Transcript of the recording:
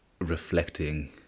reflecting